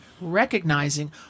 recognizing